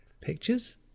pictures